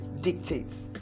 dictates